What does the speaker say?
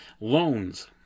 Loans